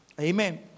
Amen